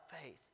faith